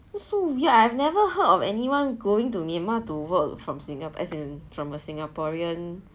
why so weird I have never heard of anyone going to myanmar to work from as in from a singaporean